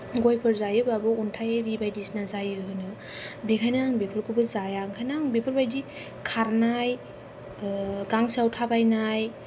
गयफोर जायोबाबो अनथाय बेबायदि बायदिसिना जायो होनो बेखायनो आं बेफोरखौबो जाया ओंखायनो आं बेफोरबायदि खारनाय गांसोआव थाबायनाय